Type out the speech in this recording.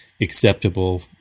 acceptable